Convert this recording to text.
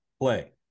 play